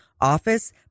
office